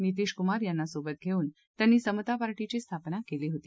नीतीश कुमार यांना सोबत घेऊन त्यांनी समता पार्टीची स्थापना केली होती